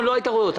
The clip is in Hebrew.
אל תהיו מרובעים.